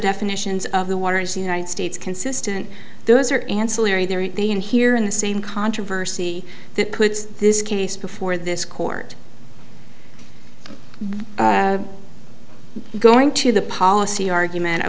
definitions of the waters united states consistent those are ancillary there at the end here in the same controversy that puts this case before this court going to the policy argument i